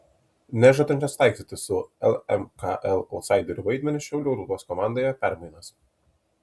nežadančios taikstytis su lmkl autsaiderių vaidmeniu šiaulių rūtos komandoje permainos